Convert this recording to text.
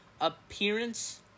Appearance